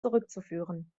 zurückzuführen